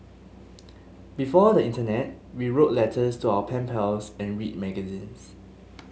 before the internet we wrote letters to our pen pals and read magazines